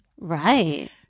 Right